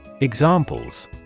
Examples